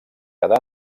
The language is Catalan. quedà